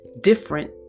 different